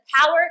power